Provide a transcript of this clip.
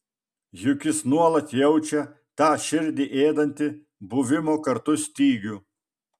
juk jis nuolat jaučia tą širdį ėdantį buvimo kartu stygių